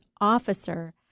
officer